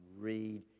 Read